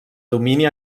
domini